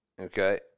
Okay